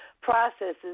processes